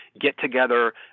get-together